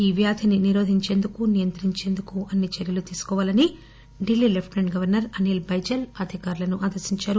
ఈ వ్యాధిని నిరోధించేందుకు నియంత్రించేందుకు అన్ని చర్యలు తీసుకోవాలని ఢిల్లీ లెఫ్టిసెంట్ గవర్సర్ అనిల్ బైజల్ అధికారులను ఆదేశించారు